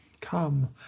Come